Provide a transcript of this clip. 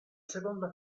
seconda